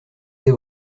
des